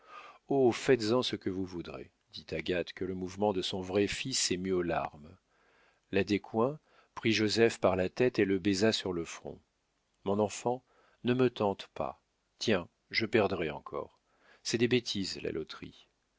faites-en ce que vous voudrez dit agathe que le mouvement de son vrai fils émut aux larmes la descoings prit joseph par la tête et le baisa sur le front mon enfant ne me tente pas tiens je perdrais encore c'est des bêtises la loterie